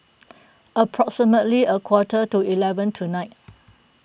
approximately a quarter to eleven tonight